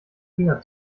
finger